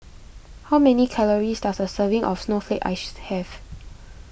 how many calories does a serving of Snowflake Ice have